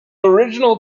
original